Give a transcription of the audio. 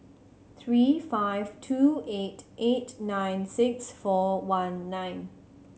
three five two eight eight nine six four one nine